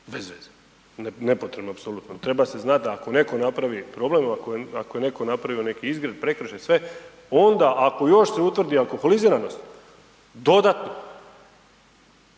Bez veze. Nepotrebno, apsolutno, treba se znati da ako netko napravi problem, ako je netko napravio neki izgred, prekršaj, sve, onda ako još se utvrdi alkoholiziranost dodatno,